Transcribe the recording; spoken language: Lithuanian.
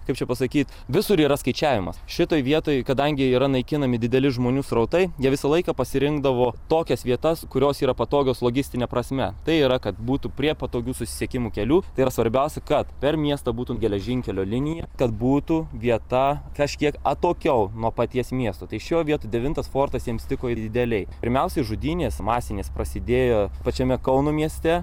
kaip čia pasakyt visur yra skaičiavimas šitoj vietoj kadangi yra naikinami dideli žmonių srautai jie visą laiką pasirinkdavo tokias vietas kurios yra patogios logistine prasme tai yra kad būtų prie patogių susisiekimo kelių tai yra svarbiausia kad per miestą būtų geležinkelio linija kad būtų vieta kažkiek atokiau nuo paties miesto tai šioj vietoj devintas fortas jiems tiko idealiai pirmiausiai žudynės masinės prasidėjo pačiame kauno mieste